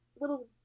little